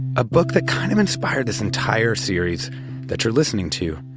a book that kind of inspired this entire series that you're listening to.